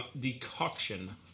decoction